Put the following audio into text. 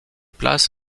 place